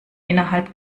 innerhalb